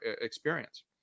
experience